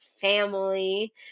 family